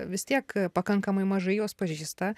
vis tiek pakankamai mažai juos pažįsta